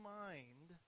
mind